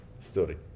story